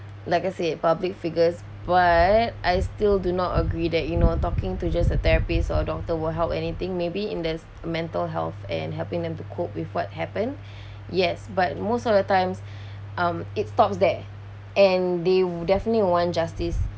like I said public figures but I still do not agree that you know talking to just a therapist or doctor will help anything maybe in there's a mental health and helping them to cope with what happen yes but most of the times um it stops there and they'll definitely want justice